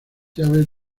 llaves